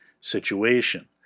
situation